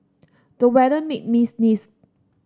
the weather made me sneeze